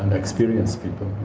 experienced people